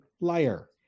liar